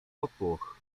popłoch